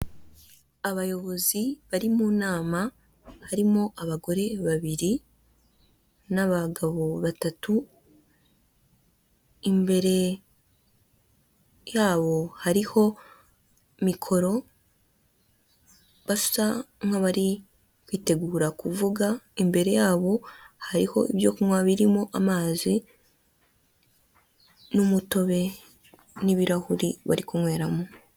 Uyu ni umugore ubona usa nkukuze umurebye neza ku maso he harakeye cyane, yambaye amadarubindi ndetse n'ikote ry'umukara n'ishati y'ubururu umusatsi we urasokoje.